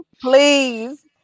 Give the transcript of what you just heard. Please